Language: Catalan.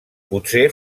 potser